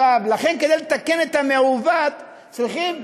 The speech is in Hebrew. לכן, כדי לתקן את המעוות, צריכים,